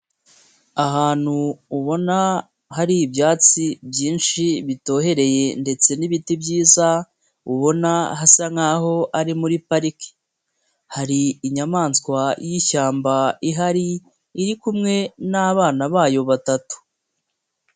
Ahantu ubona hari ibyatsi byinshi bitohereye ndetse n'ibiti byiza ubona hasa nk'aho ari muri pariki, hari inyamaswa y'ishyamba ihari, iri kumwe n'abana bayo batatu.